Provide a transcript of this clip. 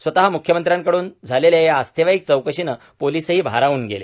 स्वतः मुख्यमंत्र्यांकडून झालेल्या या आस्थेवाईक चौकशीने पोलीसही भारावून गेले